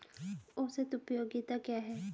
औसत उपयोगिता क्या है?